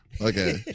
okay